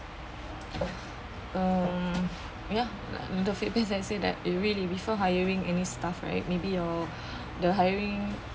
um you know feedback like say that if we refer hiring any staff right maybe your the hiring